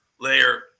layer